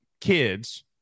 kids